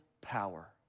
Power